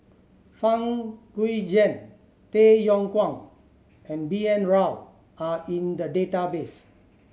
Fang Guixiang Tay Yong Kwang and B N Rao are in the database